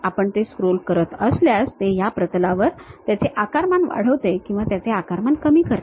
आपण ते स्क्रोल करत असल्यास ते त्या प्रतलावर त्याचे आकारमान वाढवते किंवा त्याचे आकारमान कमी करते